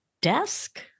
desk